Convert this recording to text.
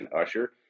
Usher